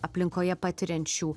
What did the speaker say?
aplinkoje patiriančių